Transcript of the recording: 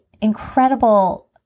incredible